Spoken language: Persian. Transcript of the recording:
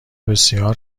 بسیار